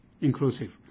Inclusive